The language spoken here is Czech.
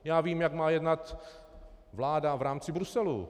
Já vím, jak má jednat vláda v rámci Bruselu.